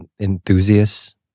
enthusiasts